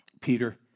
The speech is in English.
Peter